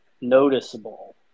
noticeable